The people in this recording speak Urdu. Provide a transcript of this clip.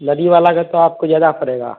ندی والا کا تو آپ کو زیادہ پڑے گا